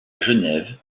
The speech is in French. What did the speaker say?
genève